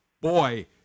boy